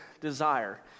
desire